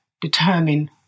determine